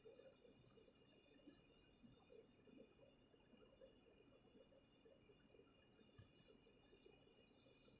the